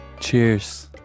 cheers